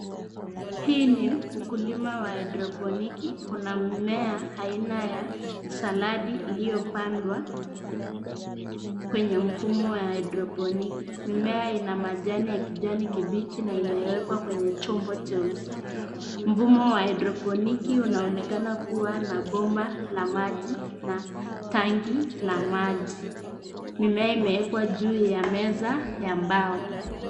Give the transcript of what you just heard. Hii ni ukulima wa haidroponiki. Kuna mimea aina ya saladi iliyopandwa kwenye mfumo wa hidroponiki. Mimea ina majani ya kijani kibichi na imewekwa kwenye chombo cheusi. Mfumo haidroponiki unaonekana kuwa na bomba la maji na tangi ya maji. Mimea imewekwa juu ya meza ya mbao.